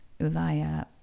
Ulaya